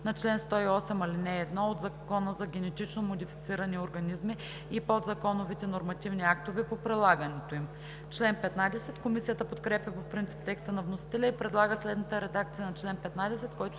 на чл. 108, ал. 1 от Закона за генетично модифицирани организми и подзаконовите нормативни актове по прилагането им.“ Комисията подкрепя по принцип текста на вносителя и предлага следната редакция на чл. 15,